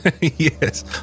Yes